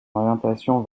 orientation